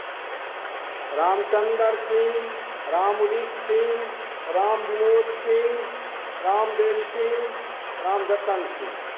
Ramchander Singh Ramudit Singh Ramvinod Singh Ramdev Singh Ramjatan Singh